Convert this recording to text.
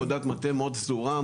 עשו עבודת מטה מאוד סדורה,